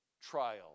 trial